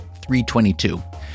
322